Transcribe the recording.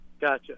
Gotcha